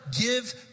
give